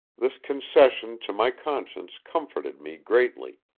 this concession to my conscience comforted me greatly,